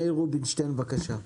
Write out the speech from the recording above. מאיר רובינשטיין, בבקשה.